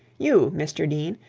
you, mr dean,